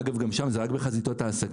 אגב, גם שם זה רק בחזיתות העסקים